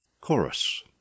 Chorus